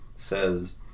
Says